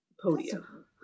podium